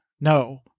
no